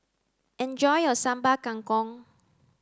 enjoy your Sambal Kangkong